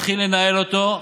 התחיל לנהל אותו,